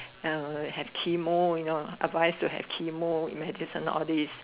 uh have chemo you know advise to have chemo eat medicine all this